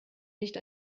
nicht